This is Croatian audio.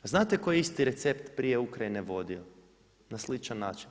Znate koji je isti recept prije Ukrajine vodio na sličan način?